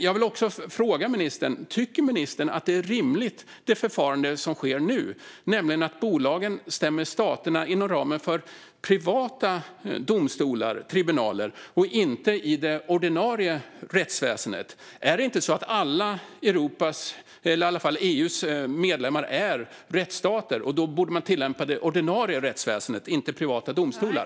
Jag vill också fråga om ministern tycker att det förfarande som sker nu är rimligt, nämligen att bolagen stämmer staterna inom ramen för privata domstolar, tribunaler, och inte i det ordinarie rättsväsendet. Är inte alla EU:s medlemmar rättsstater? I så fall borde man väl tillämpa det ordinarie rättsväsendet, inte privata domstolar.